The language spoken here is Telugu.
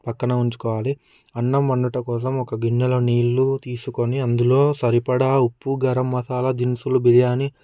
పక్కన ఉంచుకోవాలి అన్నం వండుట కోసం ఒక గిన్నెలో నీళ్లు తీసుకుని అందులో సరిపడా ఉప్పు గరం మసాలా దినుసులు బిర్యాని